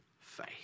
faith